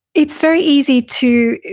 it's very easy to,